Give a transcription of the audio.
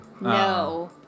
No